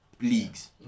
Leagues